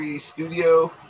Studio